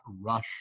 rush